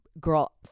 girl